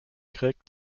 grecque